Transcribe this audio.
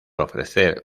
ofrecer